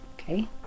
okay